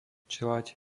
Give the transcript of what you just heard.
čeľaď